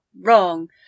Wrong